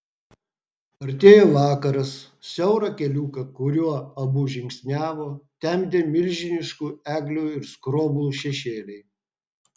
artėjo vakaras siaurą keliuką kuriuo abu žingsniavo temdė milžiniškų eglių ir skroblų šešėliai